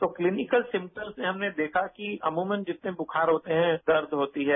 तो clinical system में हमने देखा कि ज्यादातर अमूमन जितने बुखार होते हैं दर्द होती है